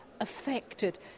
affected